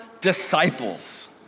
disciples